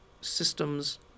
systems